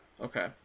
okay